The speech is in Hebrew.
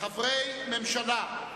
חברי ממשלה.